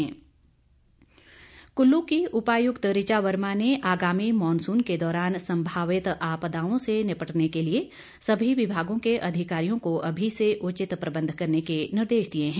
monsoon तैयारी कुल्लू की उपायुक्त ऋचा वर्मा ने आगामी मॉनसून के दौरान संभावित आपदाओं से निपटने के लिए सभी विभागों के अधिकारियों को अभी से उचित प्रबंध करने के निर्देश दिए हैं